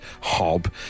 hob